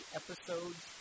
episodes